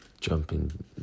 Jumping